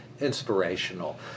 inspirational